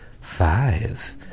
Five